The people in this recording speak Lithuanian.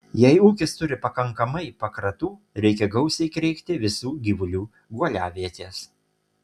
jei ūkis turi pakankamai pakratų reikia gausiai kreikti visų gyvulių guoliavietes